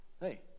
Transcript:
Hey